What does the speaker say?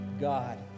God